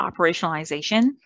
operationalization